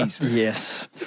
Yes